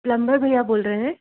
plumber भैया बोल रहे हैं